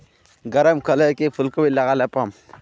गरम कले की फूलकोबी लगाले पाम?